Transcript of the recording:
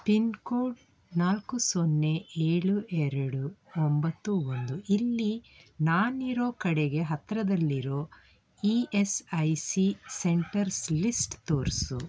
pin code ನಾಲ್ಕು ಸೊನ್ನೆ ಏಳು ಎರೆಡು ಒಂಬತ್ತು ಒಂದು ಇಲ್ಲಿ ನಾನಿರೋ ಕಡೆಗೆ ಹತ್ತಿರದಲ್ಲಿರೋ E S I C centres list ತೋರಿಸು